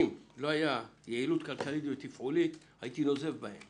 אם לא הייתה יעילות כלכלית ותפעולית הייתי נוזף בהם.